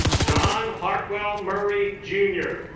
john hartwell murray jr.